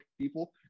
people